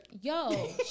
Yo